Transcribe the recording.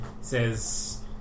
says